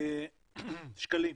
שקלים.